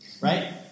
Right